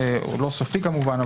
לא סופי כמובן,